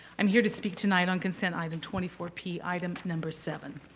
i'm here to speak tonight on consent item twenty four p item number seven.